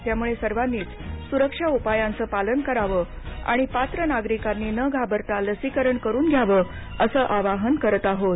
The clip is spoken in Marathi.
त्यामुळे सर्वांनीच सुरक्षा उपायांचं पालन करावं आणि पात्र नागरिकांनी न घाबरता लसीकरण करून घ्यावं असं आवाहन करत आहोत